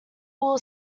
will